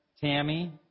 Tammy